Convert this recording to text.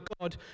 God